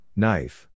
knife